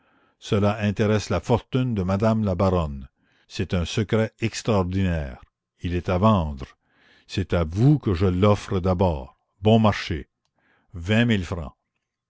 cela intéresse la fortune de madame la baronne c'est un secret extraordinaire il est à vendre c'est à vous que je l'offre d'abord bon marché vingt mille francs